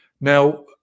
Now